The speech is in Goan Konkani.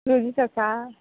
लीलज आसा